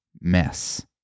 mess